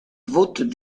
votes